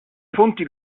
fonti